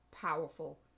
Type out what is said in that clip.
powerful